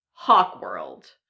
Hawkworld